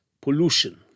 pollution